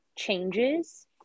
changes